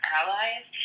allies